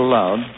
loud